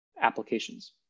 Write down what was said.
applications